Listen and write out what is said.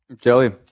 Jelly